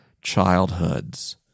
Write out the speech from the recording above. childhoods